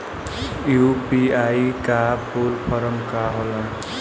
UPI का full form का होला?